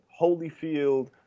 Holyfield